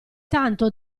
tanto